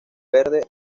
verde